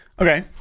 Okay